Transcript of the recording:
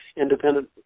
independent